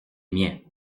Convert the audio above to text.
miens